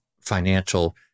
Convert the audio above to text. financial